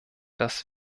dass